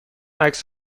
عکس